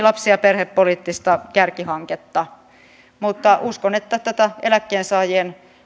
lapsi ja perhepoliittista kärkihanketta uskon että tätä eläkkeensaajien